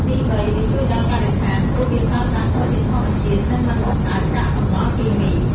ទីបី វាជួយដល់បរិស្ថាន ព្រោះវាប្រើប្រាស់ធនធានធម្មជាតិ និងមិនបង្កើតកាកសំណល់គីមី។